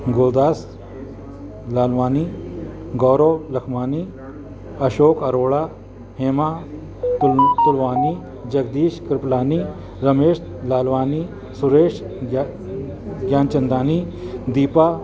गुरदास लालवानी गौरव लखमानी अशोक अरोड़ा हेमा तुल तुलवानी जगदीश कृपलानी रमेश लालवानी सुरेश ग ज्ञानचंदानी दीपा